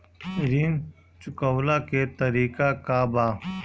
ऋण चुकव्ला के तरीका का बा?